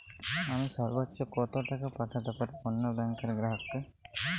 আমি সর্বোচ্চ কতো টাকা পাঠাতে পারি অন্য ব্যাংকের গ্রাহক কে?